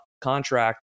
contract